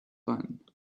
fun